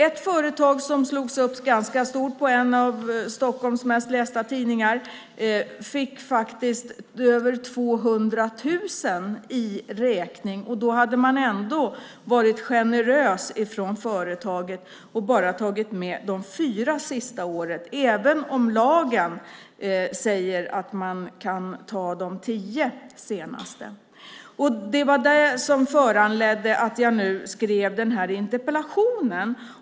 Ett företag som slogs upp ganska stort i en av Stockholms mest lästa tidningar fick en räkning på över 200 000 kronor. Då hade elbolaget ändå varit generöst och bara tagit med de fyra senaste åren, även om det i lagen sägs att man kan ta de tio senaste åren. Det var detta som föranledde mig att skriva denna interpellation.